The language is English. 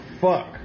fuck